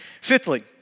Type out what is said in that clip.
Fifthly